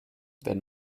wenn